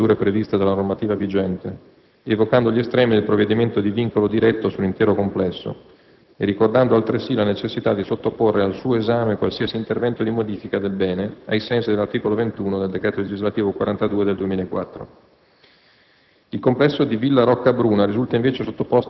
Essa ha inoltre ritenuto di richiamare il Comune al rispetto delle procedure previste dalla normativa vigente, evocando gli estremi del provvedimento di vincolo diretto sull'intero complesso e ricordando altresì la necessità di sottoporre al suo esame qualsiasi intervento di modifica del bene ai sensi dell'articolo 21 del decreto legislativo n. 42 del 2004.